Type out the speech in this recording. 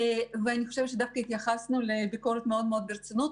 ואנחנו התייחסנו לביקורת מאוד-מאוד ברצינות.